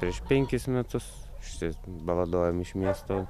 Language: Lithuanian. prieš penkis metus išsibaladojom iš miesto